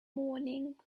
morning